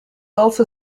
also